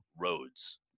roads